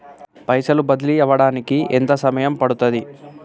పైసలు బదిలీ అవడానికి ఎంత సమయం పడుతది?